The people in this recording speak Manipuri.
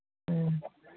ꯎꯝ